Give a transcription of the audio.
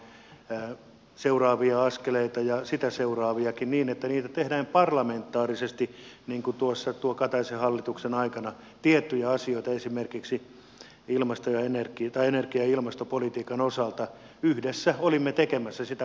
minä olen valmis rakentamaan seuraavia askeleita ja sitä seuraaviakin niin että niitä tehdään parlamentaarisesti niin kuin kataisen hallituksen aikana tiettyjä asioita esimerkiksi energia ja ilmastopolitiikan osalta yhdessä olimme tekemässä sitä